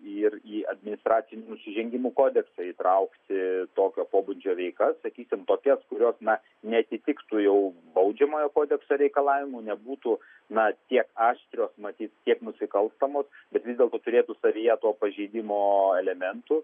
ir į administracinių nusižengimų kodeksą įtraukti tokio pobūdžio veikas sakysim tokias kurios na neatitiktų jau baudžiamojo kodekso reikalavimų nebūtų na tiek aštrios matyt tiek nusikalstamos bet vis dėlto turėtų savyje to pažeidimo elementų